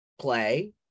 play